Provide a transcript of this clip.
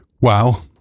wow